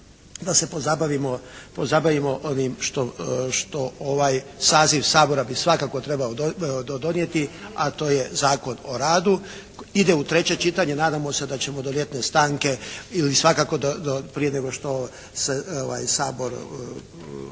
da se pozabavimo ovim što ovaj saziv Sabora bi svakako trebao donijeti, a to je Zakon o radu, ide u treće čitanje, nadamo se da ćemo do ljetne stanke ili svakako prije nego što se Sabor njegova